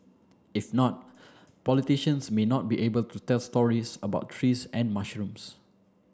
if not politicians may not be able to tell stories about trees and mushrooms